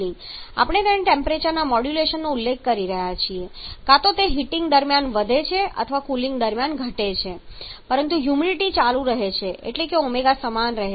આપણે તેને ટેમ્પરેચરના મોડ્યુલેશનનો ઉલ્લેખ કરી રહ્યા છીએ કાં તો તે હીટિંગ દરમિયાન વધે છે અથવા કુલિંગ દરમિયાન ઘટે છે પરંતુ હ્યુમિડિટી ચાલુ રહે છે એટલે કે ω સમાન રહે છે